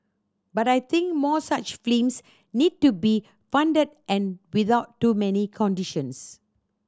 but I think more such films need to be funded and without too many conditions